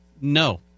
No